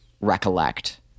recollect